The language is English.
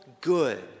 good